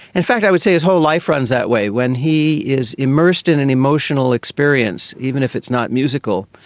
in fact i would say his whole life runs that way. when he is immersed in an emotional experience, even if it's not musical,